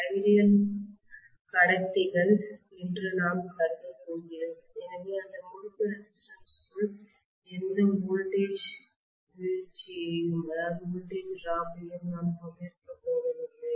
ideal கடத்திகள் என்று நாம் கருதப் போகிறோம் எனவே அந்த முறுக்கு ரெசிஸ்டன்ஸ் க்குள் எந்த வோல்டேஜ் வீழ்ச்சியையும் நான் கொண்டிருக்கப்போவதில்லை